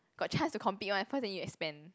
got chance to compete one first then you expand